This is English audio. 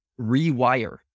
rewire